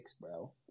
bro